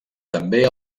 també